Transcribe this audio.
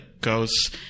goes